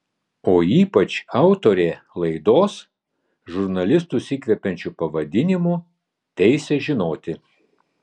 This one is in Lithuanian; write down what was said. o ypač autorė laidos žurnalistus įkvepiančiu pavadinimu teisė žinoti